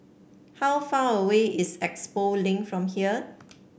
how far away is Expo Link from here